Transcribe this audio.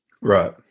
Right